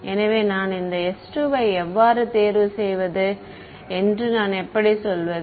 எனவே நான் இந்த s2 வை எவ்வாறு தேர்வு செய்வது என்று நான் எப்படி சொல்வது